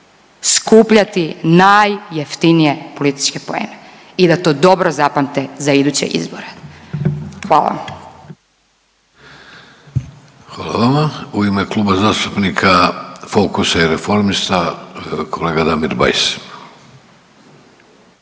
skupljati najjeftinije političke poene i da to dobro zapamte za iduće izbore. Hvala vam. **Vidović, Davorko (Socijaldemokrati)** Hvala vama. U ime Kluba zastupnika Fokusa, Reformista, kolega Damir Bajs.